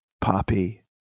Poppy